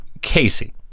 Casey